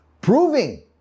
proving